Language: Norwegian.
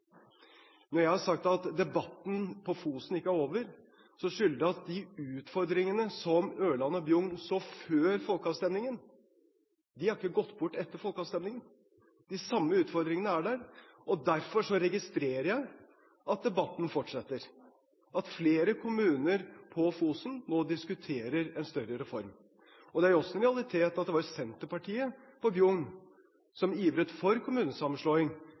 Når jeg har sagt at debatten på Fosen ikke er over, skyldes det at de utfordringene som Ørland og Bjugn så før folkeavstemningen, har ikke gått bort etter folkeavstemningen. De samme utfordringene er der. Derfor registrerer jeg at debatten fortsetter, at flere kommuner på Fosen nå diskuterer en større reform. Det er også en realitet at det var Senterpartiet i Bjugn som ivret for kommunesammenslåing,